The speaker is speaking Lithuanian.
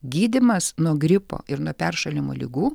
gydymas nuo gripo ir nuo peršalimo ligų